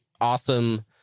awesome